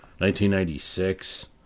1996